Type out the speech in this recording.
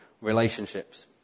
relationships